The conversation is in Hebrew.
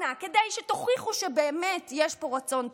אנא, כדי שתוכיחו שבאמת יש פה רצון טוב,